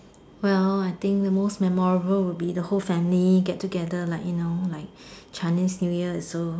well I think the most memorable would be the whole family get together like you know like Chinese new year is so